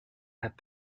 have